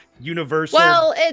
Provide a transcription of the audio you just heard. universal